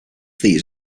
these